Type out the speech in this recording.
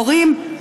מורים,